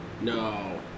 No